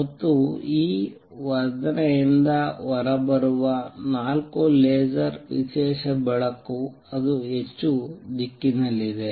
ಮತ್ತು ಈ ವರ್ಧನೆಯಿಂದ ಹೊರಬರುವ ನಾಲ್ಕು ಲೇಸರ್ ವಿಶೇಷ ಬೆಳಕು ಅದು ಹೆಚ್ಚು ದಿಕ್ಕಿನಲ್ಲಿದೆ